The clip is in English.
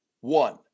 one